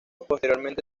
posteriormente